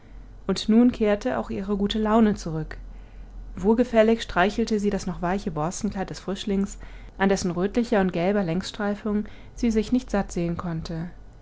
und nun kehrte auch ihre gute laune zurück wohlgefällig streichelte sie das noch weiche borstenkleid des frischlings an dessen rötlicher und gelber längsstreifung sie sich nicht sattsehen konnte